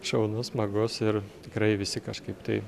šaunus smagus ir tikrai visi kažkaip tai